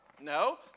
No